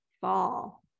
fall